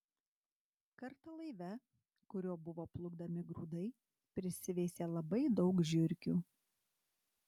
kartą laive kuriuo buvo plukdomi grūdai prisiveisė labai daug žiurkių